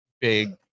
big